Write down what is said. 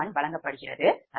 C 1 வழங்கப்படுகிறது